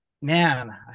man